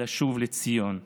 לשוב לציון.